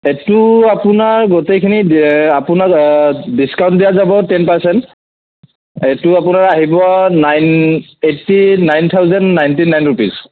সেইটো আপোনাৰ গোটেইখিনি আপোনাৰ ডিচকাউণ্ট দিয়া যাব টেন পাৰচেণ্ট এইটো আপোনাৰ আহিব nine eighty nine thousand ninety nine rupees